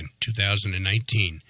2019